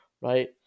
Right